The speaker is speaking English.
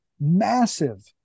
Massive